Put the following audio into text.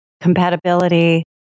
compatibility